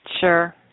Sure